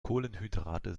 kohlenhydrate